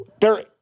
They're-